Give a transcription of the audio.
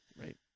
right